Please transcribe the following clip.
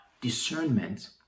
discernment